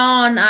on